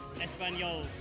Espanol